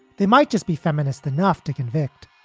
they might just be feminist enough to convict.